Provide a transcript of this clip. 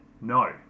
No